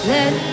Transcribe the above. Let